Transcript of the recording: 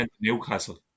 Newcastle